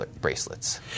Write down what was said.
bracelets